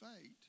fate